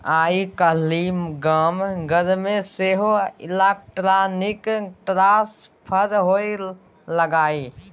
आय काल्हि गाम घरमे सेहो इलेक्ट्रॉनिक ट्रांसफर होए लागलै